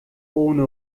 ohne